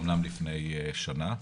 אמנם לפני שנה,